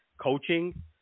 coaching